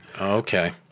Okay